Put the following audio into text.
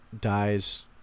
dies